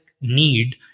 need